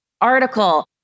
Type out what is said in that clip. article